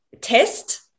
test